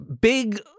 big